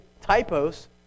typos